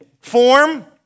Form